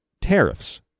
tariffs